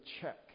check